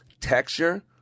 texture